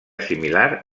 similar